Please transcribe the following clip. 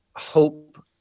hope